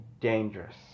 dangerous